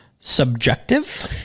subjective